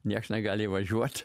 nieks negali įvažiuot